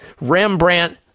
Rembrandt